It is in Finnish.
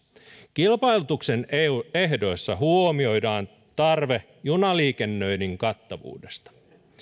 kilpailutuksen ehdoissa huomioidaan tarve junaliikennöinnin kattavuudesta